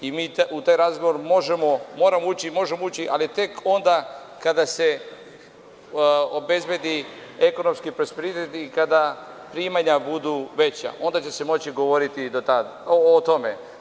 Mi u taj razgovor moramo ući i možemo ući, ali je tek onda kada se obezbedi ekonomski prosperitet i kada primanja budu veća, onda će se moći govoriti o tome.